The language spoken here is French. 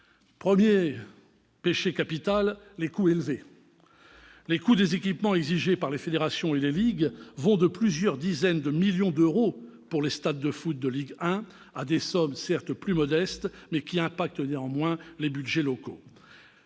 Premier péché capital : les coûts élevés. Les coûts des équipements exigés par les fédérations et les ligues vont de plusieurs dizaines de millions d'euros, pour les stades de football de Ligue 1, à des sommes certes plus modestes, mais qui impactent néanmoins les budgets locaux.